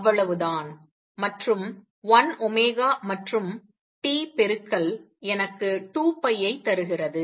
அவ்வளவுதான் மற்றும் 1 மற்றும் t பெருக்கல் எனக்கு 2 ஐ தருகிறது